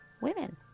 women